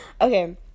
Okay